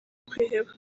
kwiheba